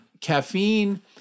Caffeine